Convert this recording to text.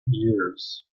years